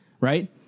right